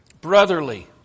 Brotherly